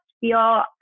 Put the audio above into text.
feel